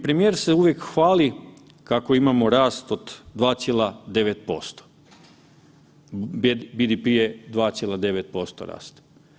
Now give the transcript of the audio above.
Premijer se uvijek hvali kako imamo rast od 2,9%, BDP je 2,9% rasta.